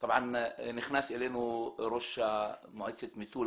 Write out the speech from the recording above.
ולצד זה אני רוצה להקים מתחם תיירות ועסקים קטן